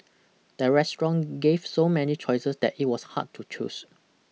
the restaurant gave so many choices that it was hard to choose